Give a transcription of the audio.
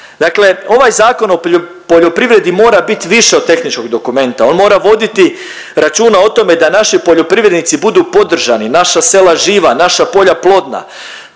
Dakle, ovaj Zakon o poljoprivredi mora biti više od tehničkog dokumenta, on mora voditi računa o tome da naši poljoprivrednici budu podržani, naša sela živa, naša polja plodna.